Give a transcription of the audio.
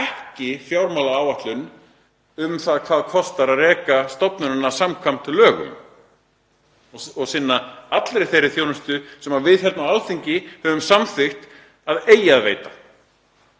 ekki fjármálaáætlun um hvað það kostar að reka stofnunina samkvæmt lögum og sinna allri þeirri þjónustu sem við á Alþingi höfum samþykkt að eigi að veita.